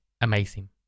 Amazing